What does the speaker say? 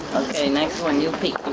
okay, next one. you pick,